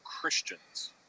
Christians